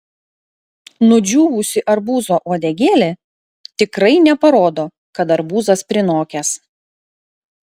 nudžiūvusi arbūzo uodegėlė tikrai neparodo kad arbūzas prinokęs